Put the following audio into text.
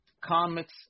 comics